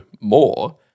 more